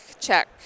check